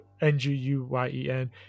N-G-U-Y-E-N